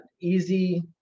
easy